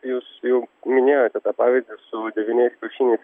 jūs jau minėjote tą pavyzdį su devyniais kiaušiniais